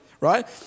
right